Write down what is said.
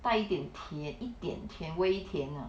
带一点甜一点甜微甜 ah